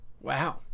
Wow